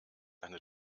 eine